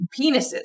penises